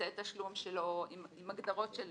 אמצעי תשלום עם הגדרות של